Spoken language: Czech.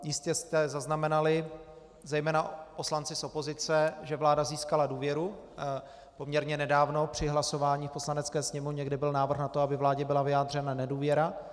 Jistě jste zaznamenali, zejména poslanci z opozice, že vláda získala důvěru poměrně nedávno při hlasování v Poslanecké sněmovně, kde byl návrh na to, aby vládě byla vyjádřena nedůvěra.